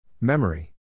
Memory